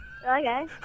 Okay